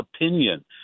opinion